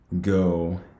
go